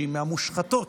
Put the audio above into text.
שהיא מהמושחתות